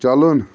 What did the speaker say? چلُن